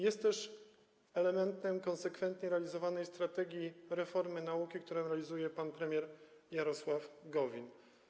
Jest też elementem konsekwentnie realizowanej strategii reformy nauki, którą realizuje pan premier Jarosław Gowin.